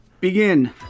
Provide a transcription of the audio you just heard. Begin